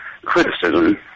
Criticism